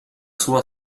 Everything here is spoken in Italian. sua